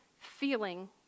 feeling